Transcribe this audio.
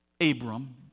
Abram